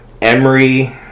Emery